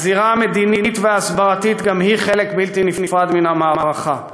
הזירה המדינית וההסברתית גם היא חלק בלתי נפרד מן המערכה.